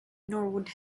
norwood